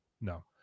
No